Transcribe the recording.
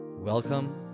Welcome